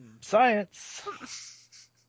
Science